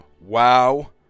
wow